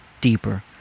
deeper